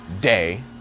day